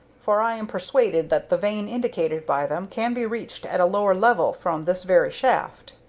for i am persuaded that the vein indicated by them can be reached at a lower level from this very shaft.